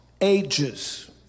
ages